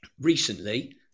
recently